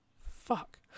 Fuck